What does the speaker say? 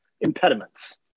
impediments